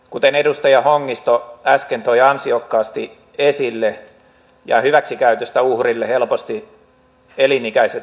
kuten edustaja hongisto äsken toi ansiokkaasti esille jää hyväksikäytöstä uhrille helposti elinikäiset arvet